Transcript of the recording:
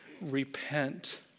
repent